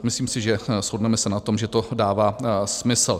Myslím si, že se shodneme na tom, že to dává smysl.